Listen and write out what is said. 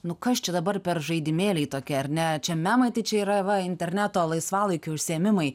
nu kas čia dabar per žaidimėliai tokie ar ne čia memai tai čia yra va interneto laisvalaikio užsiėmimai